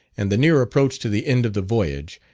and the near approach to the end of the voyage,